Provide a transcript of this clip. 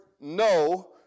no